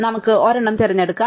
നമുക്ക് ഒരെണ്ണം തിരഞ്ഞെടുക്കാം